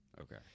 Okay